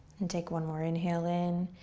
and take one more inhale in.